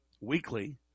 weekly